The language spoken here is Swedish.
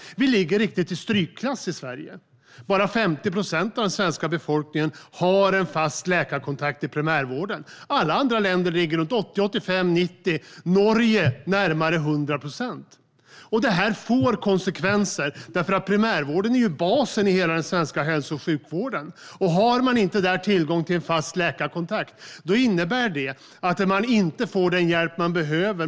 Sverige ligger riktigt i strykklass här. Bara 50 procent av den svenska befolkningen har en fast läkarkontakt i primärvården. I alla andra länder är siffran 80-90 procent. I Norge är den närmare 100 procent. Detta får konsekvenser. Primärvården är ju basen i hela den svenska hälso och sjukvården. Har man inte där tillgång till en fast läkarkontakt, då innebär det att man inte får den hjälp man behöver.